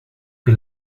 que